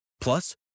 Plus